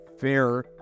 fair